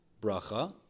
bracha